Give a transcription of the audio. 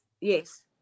Yes